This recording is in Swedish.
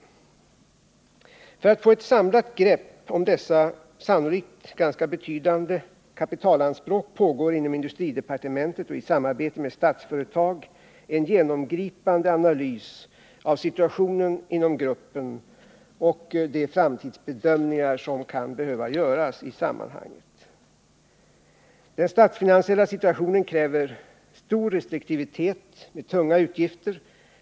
Men för att få ett samlat grepp om dessa sannolikt ganska betydande kapitalanspråk pågår inom industridepartementet och i samarbete med Statsföretag en genomgripande analys av situationen inom gruppen och de framtidsbedömningar som kan behöva göras i sammanhanget. Den statsfinansiella situationen kräver stor restriktivitet med tunga utgifter.